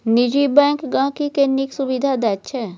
निजी बैंक गांहिकी केँ नीक सुबिधा दैत छै